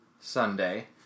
Sunday